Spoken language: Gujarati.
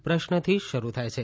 પ્રશ્નથી શરૂ થાય છે